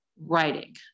writing